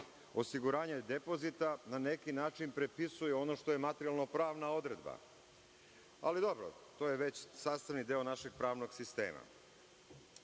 osiguranje depozita na neki način prepisuje ono što je materijalno pravna odredba. Ali, dobro, to je već sastavni deo našeg pravnog sistema. Mi